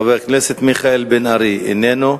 חבר הכנסת מיכאל בן-ארי, אינו נוכח.